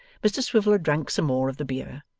mr swiveller drank some more of the beer,